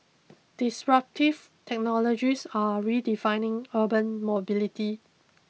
disruptive technologies are redefining urban mobility